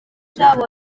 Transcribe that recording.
cyane